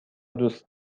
دوست